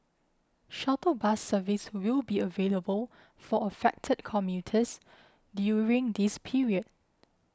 shuttle bus service will be available for affected commuters during this period